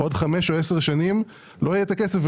עוד 5 או 10 לא יהיה הכסף.